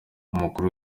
umukuru